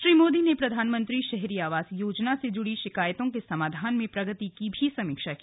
श्री मोदी ने प्रधानमंत्री शहरी आवास योजना से जुड़ी शिकायतों के समाधान में प्रगति की भी समीक्षा की